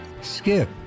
Skip